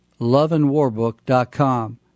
loveandwarbook.com